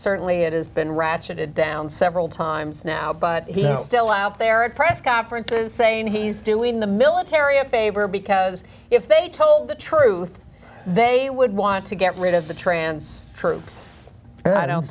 certainly it has been ratcheted down several times now but he is still out there at press conferences saying he's doing the military a favor because if they told the truth they would want to get rid of the trance troops and i don't